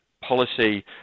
policy